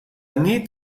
nit